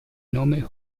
nome